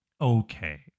okay